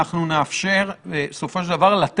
שאנחנו נראה את